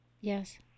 Yes